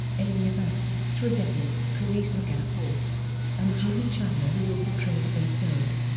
alia bhatt, sridevi, karisma kapoor and juhi chawla who will portray themselves.